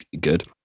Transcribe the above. good